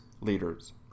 leaders